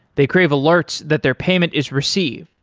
they crave alerts that their payment is received,